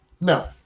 no